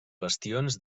bastions